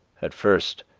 at first,